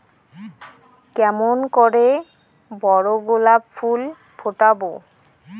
কেমন করে বড় গোলাপ ফুল ফোটাব?